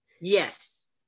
Yes